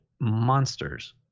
monsters